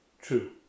true